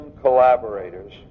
collaborators